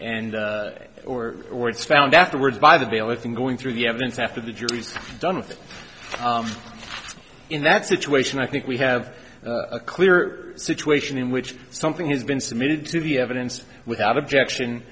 and or or it's found afterwards by the bailiff thing going through the evidence after the jury's done in that situation i think we have a clear situation in which something has been submitted to the evidence without objection